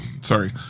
sorry